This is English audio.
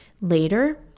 Later